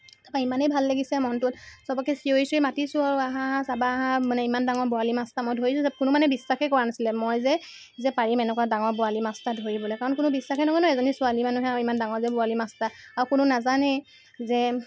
তাৰপৰা ইমানেই ভাল লাগিছে মনটো চবকে চিঞৰি চিঞৰি মাতিছো আৰু আহা আহা চাবা আহা মানে ইমান ডাঙৰ বৰালি মাছ এটা মই ধৰিছো যে কোনো মানে বিশ্বাসেই কৰা নাছিলে মই যে যে পাৰিম এনকুৱা ডাঙৰ বৰালি মাছ এটা ধৰিবলৈ কাৰণ কোনো বিশ্বাসেই নকৰে এজনী ছোৱালী মানুহে আৰু ইমান ডাঙৰ যে বৰালি মাছ এটা আৰু কোনো নাজানেই যে